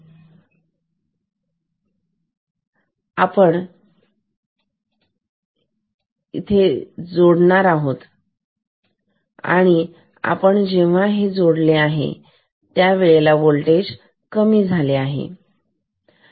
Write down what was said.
तर आपण इथे केव्हा जोडणार आहोत इथे होल्टेज वाढत आहे आणि जेव्हा आपण इथे जोडले तेव्हा वोल्टेज कमी होणार आहे